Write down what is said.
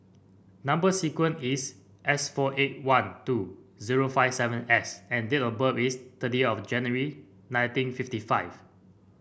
number sequence is S four eight one two zero five seven S and date of birth is thirty of January nineteen fifty five